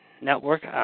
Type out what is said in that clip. network